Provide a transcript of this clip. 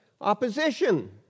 opposition